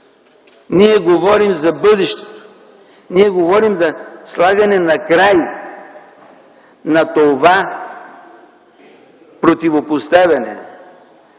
Ние говорим за бъдещето. Ние говорим за слагане на край на това противопоставяне,